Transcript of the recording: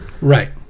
Right